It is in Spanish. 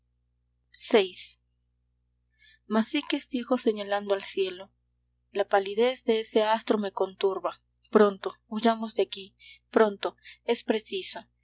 psiquis dijo señalando al cielo la palidez de ese astro me conturba pronto huyamos de aquí pronto es preciso